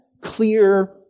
clear